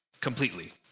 completely